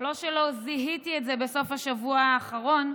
לא שלא זיהיתי את זה בסוף השבוע האחרון,